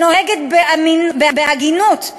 שנוהגת בהגינות,